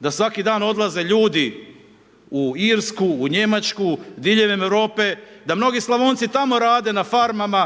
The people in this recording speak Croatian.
da svaki dan odlaze ljudi u Irsku, u Njemačku, diljem Europe, da mnogi Slavonci tamo rade na farmama,